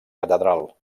catedral